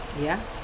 ya